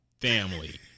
family